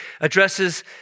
addresses